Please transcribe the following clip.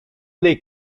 les